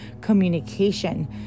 communication